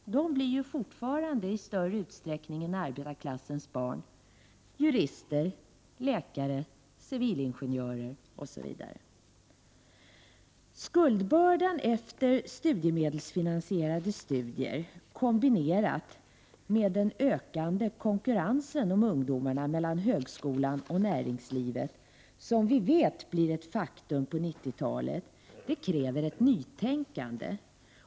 De utbildar sig fortfarande i större utsträckning än arbetarklassens barn till jurister, läkare, civilingenjörer, osv. Skuldbördan efter studiemedelsfinansierade studiemedel kombinerad med den ökande konkurrensen om ungdomarna mellan högskolan och näringslivet, som vi vet blir ett faktum på 1990-talet, kräver ett nytänkande.